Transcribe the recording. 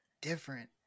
different